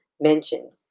mentioned